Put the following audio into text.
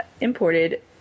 imported